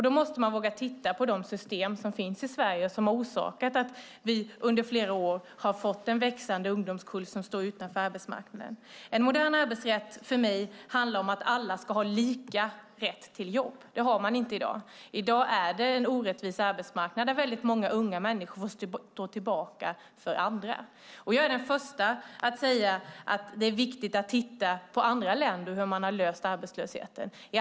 Då måste man våga titta på de system som finns i Sverige och som har orsakat att vi under flera år har fått en växande ungdomskull som står utanför arbetsmarknaden. För mig handlar en modern arbetsrätt om att alla ska lika rätt till jobb. Det har man inte i dag. I dag är det en orättvis arbetsmarknad där väldigt många unga människor får stå tillbaka för andra. Jag är den första att säga att det är viktigt att titta på hur man har löst arbetslösheten i andra länder.